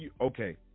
Okay